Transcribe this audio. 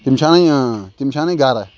تِم چھِ اَنٕنۍ اۭں تِم چھِ اَنٕنۍ گَرٕ